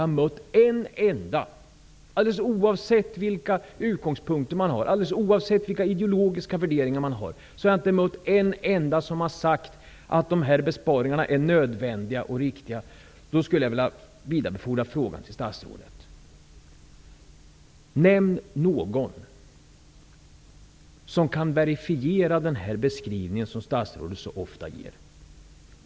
Alldeles oavsett utgångspunkter eller ideologiska värderingar har jag inte mött en enda som har sagt att dessa besparingar är nödvändiga och riktiga. Kan statsrådet nämna någon som kan verifiera den beskrivning som statsrådet så ofta framför?